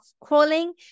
crawling